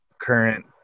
current